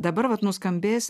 dabar vat nuskambės